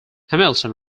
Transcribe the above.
hamilton